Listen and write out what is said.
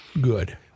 good